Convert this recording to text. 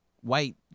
white